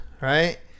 right